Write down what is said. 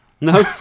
No